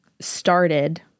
started